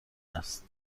است